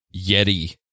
Yeti